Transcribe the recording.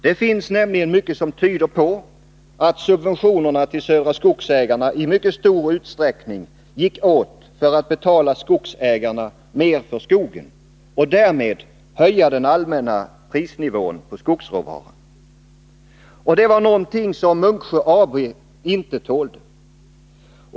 Det finns nämligen mycket som tyder på att subventionerna till Södra Skogsägarna i mycket stor utsträckning gick åt för att betala skogsägarna mer för skogen och därmed höja den allmänna prisnivån på skogsråvaran. Och det var något som Munksjö AB inte tålde.